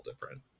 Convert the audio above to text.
different